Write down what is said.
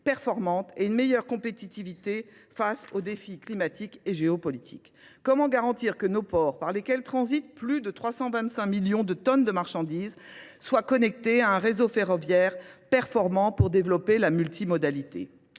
performante et une meilleure compétitivité face aux défis climatiques et géopolitiques. Comment garantir que nos ports, par lesquels transitent plus de 325 millions de tonnes de marchandises, soient connectés à un réseau ferroviaire performant pour développer la multimodalité.